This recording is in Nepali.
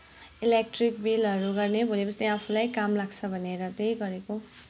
इलेकट्रिक बिलहरू गर्ने भोलि पर्सि आफूलाई काम लाग्छ भनेर त्यही गरेको